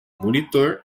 monitor